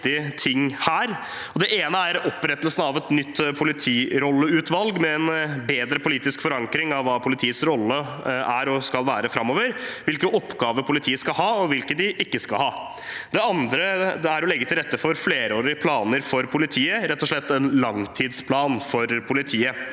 Det ene er opprettelsen av et nytt politirolleutvalg med en bedre politisk forankring av hva politiets rolle er og skal være framover, hvilke oppgaver politiet skal ha, og hvilke de ikke skal ha. Det andre er å legge til rette for flerårige planer for politiet, rett og slett en langtidsplan for politiet.